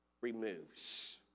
removes